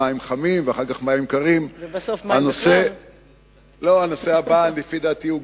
הנושא הבא, לפי דעתי,